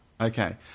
Okay